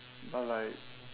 but like